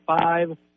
five